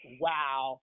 Wow